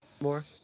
more